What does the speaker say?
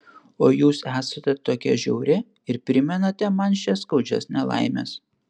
o jūs esate tokia žiauri ir primenate man šias skaudžias nelaimes